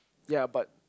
ya but